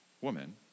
Woman